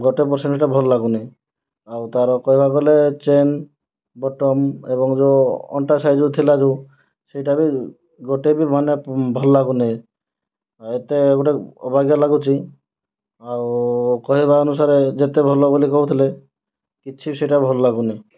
ଗୋଟିଏ ପର୍ସେଣ୍ଟ ସେଇଟା ଭଲ ଲାଗୁନି ଆଉ ତାର କହିବାକୁ ଗଲେ ଚେନ୍ ବଟନ୍ ଏବଂ ଯେଉଁ ଅଣ୍ଟା ସାଇଜର ଥିଲା ଯେଉଁ ସେଇଟା ବି ଗୋଟିଏ ବି ମାନେ ଭଲ ଲାଗୁନି ଆଉ ଏତେ ଗୋଟିଏ ଅବାଗିଆ ଲାଗୁଛି ଆଉ କହିବା ଅନୁସାରେ ଯେତେ ଭଲ ବୋଲି କହୁଥିଲେ କିଛି ବି ସେଇଟା ଭଲ ଲାଗୁନି